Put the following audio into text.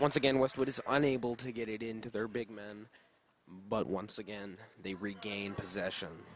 once again westwood is unable to get it into their big men but once again they regain possession